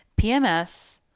PMS